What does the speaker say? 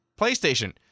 PlayStation